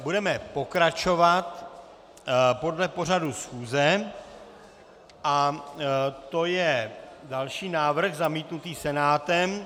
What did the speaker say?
Budeme pokračovat podle pořadu schůze a tím je další návrh zamítnutý Senátem.